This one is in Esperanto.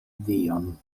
dion